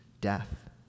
death